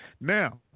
Now